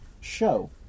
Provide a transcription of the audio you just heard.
show